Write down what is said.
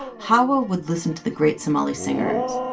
xawa would listen to the great somali singers.